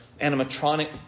animatronic